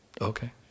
okay